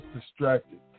distracted